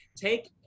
take